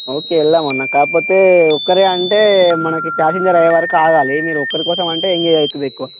okay వెళ్దామన్నా కాకపోతే ఒక్కరే అంటే మనకి ప్యాసింజర్లు అయ్యే వరకు ఆగాలి మీరు ఒక్కరి కోసం అంటే మీకు ఇంజన్ అవుతుంది ఎక్కువ